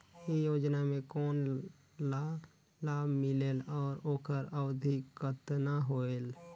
ये योजना मे कोन ला लाभ मिलेल और ओकर अवधी कतना होएल